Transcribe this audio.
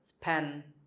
pen,